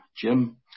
Jim